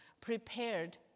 prepared